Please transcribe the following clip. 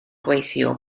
gweithio